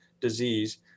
disease